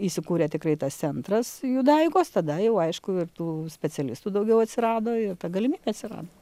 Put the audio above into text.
įsikūrė tikrai tas centras judaikos tada jau aišku ir tų specialistų daugiau atsirado ir ta galimybė atsirado